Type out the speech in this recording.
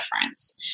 difference